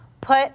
Put